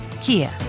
Kia